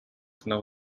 know